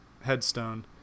headstone